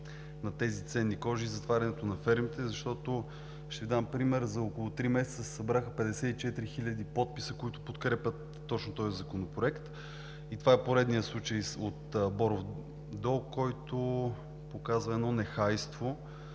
на тези ценни кожи и затварянето на фермите. Ще дам пример: за около три месеца се събраха 54 хиляди подписа, които подкрепят точно този законопроект, и това е поредният случай от Боров дол, който показва едно нехайство